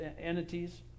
entities